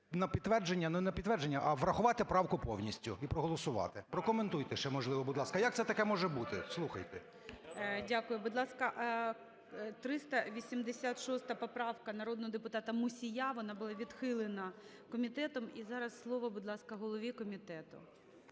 на підтвердження… не на підтвердження, а врахувати правку повністю і проголосувати. Прокоментуйте ще, можливо, будь ласка. Як це таке може бути, слухайте? ГОЛОВУЮЧИЙ. Дякую. Будь ласка, 386 поправка народного депутата Мусія, вона була відхилена комітетом. І зараз слово, будь ласка, голові комітету.